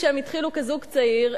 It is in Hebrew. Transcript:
כשהם התחילו כזוג צעיר,